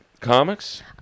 comics